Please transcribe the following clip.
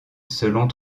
selon